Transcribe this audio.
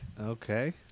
Okay